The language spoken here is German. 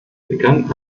begann